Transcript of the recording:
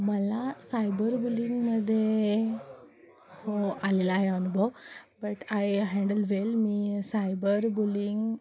मला सायबर बुलिंगमदे हो आलेला आहे अनुभव बट आय हँडल व्हेल मी सायबर बुलिंग